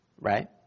Right